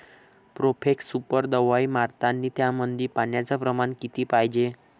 Profex super दवाई मारतानी त्यामंदी पान्याचं प्रमाण किती पायजे?